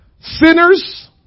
sinners